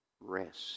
rest